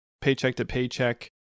paycheck-to-paycheck